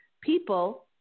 people